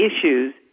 issues